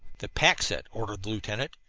the pack-set! ordered the lieutenant.